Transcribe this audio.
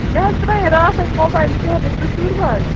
مےٚ حَظ ترٛایے راتھ اتہِ موبایل شیرنہِ سُہ شوروٕ حظ